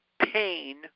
pain